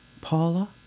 Paula